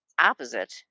opposite